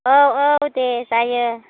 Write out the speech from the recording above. औ औ दे जायो